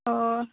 अ